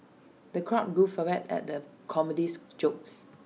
the crowd guffawed at the comedian's jokes